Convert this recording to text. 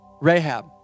Rahab